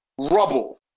rubble